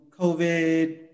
COVID